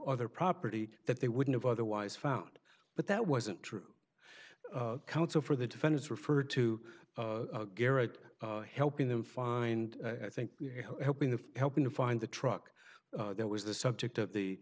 other property that they wouldn't have otherwise found but that wasn't true counsel for the defendants referred to garrett helping them find i think helping the helping to find the truck that was the subject of the